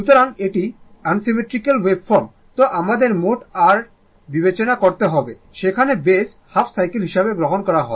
সুতরাং এটি unsymmetrical waveform তো আমাদের মোট r টির বিবেচনা করতে হবে সেখানে বেস হাফ সাইকেল হিসাবে গ্রহণ করা হয়